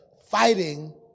fighting